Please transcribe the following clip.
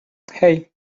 hey